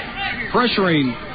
pressuring